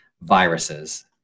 viruses